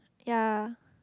ya